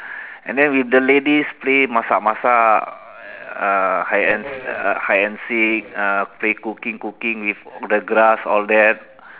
and then with the ladies play masak-masak uh hide and se~ hide and seek uh play cooking cooking with the grass all that